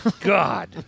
God